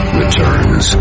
returns